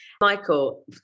Michael